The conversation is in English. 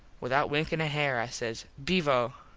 without winkin a hair i says beevo.